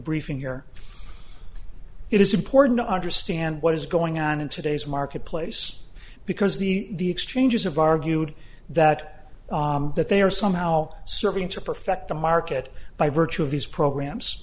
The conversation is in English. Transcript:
briefing here it is important to understand what is going on in today's marketplace because the exchanges have argued that that they are somehow serving to perfect the market by virtue of these programs